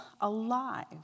alive